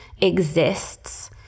exists